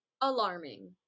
alarming